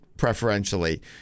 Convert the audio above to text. preferentially